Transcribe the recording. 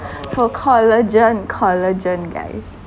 for collagen collagen guys